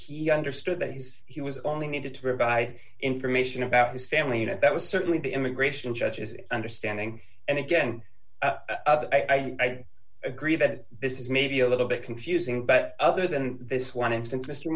he understood that his he was only needed to have i information about his family you know that was certainly the immigration judge is understanding and again i agree that this is maybe a little bit confusing but other than this one instance mr